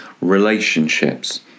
relationships